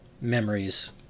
memories